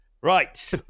Right